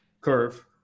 curve